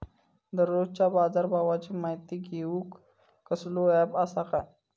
दररोजच्या बाजारभावाची माहिती घेऊक कसलो अँप आसा काय?